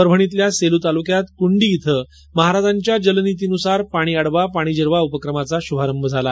परभणीतल्या सेलू तालुक्यात कुंडी इथे महाराजांच्या जल नीतीनुसार पाणी अडवा पाणी जिरवा उपक्रमाचा श्भारभ झाला